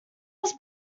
was